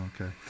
okay